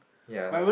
ya